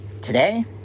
today